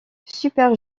super